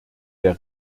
der